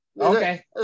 Okay